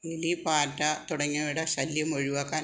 എലി പാറ്റ തുടങ്ങിയവയുടെ ശല്യം ഒഴിവാക്കാൻ